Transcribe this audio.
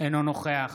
אינו נוכח